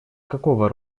какого